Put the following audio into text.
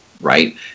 right